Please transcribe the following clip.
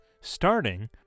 starting